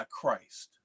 christ